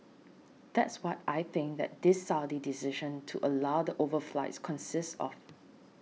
that's what I think that this Saudi decision to allow the overflights consists of